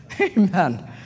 Amen